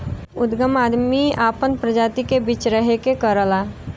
उदगम आदमी आपन प्रजाति के बीच्रहे के करला